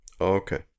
Okay